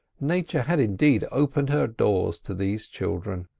nature had indeed opened her doors to these children.